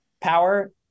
power